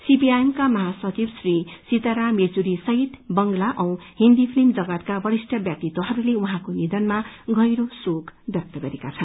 CPIM का महासचिव श्री सीताराम येचुरी सहित बंगला औ हिन्दी फिल्म जगतका वरिष्ठ व्यक्तित्वहरूले उहाँको निबनमा गहिरो शोक व्यक्त गरेका छन्